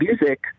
music